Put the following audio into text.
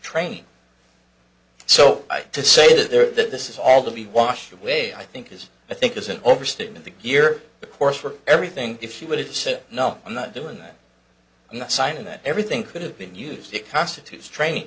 training so to say that they're that this is all to be washed away i think is i think is an overstatement the year the course for everything if you would have said no i'm not doing that i'm not signing that everything could have been used to constitute strain